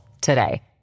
today